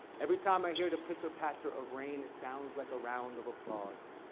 every time i hear the pitter patter of rain it sounds like a round of applause.